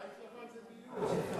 בית לבן זה לא דיור?